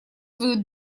свою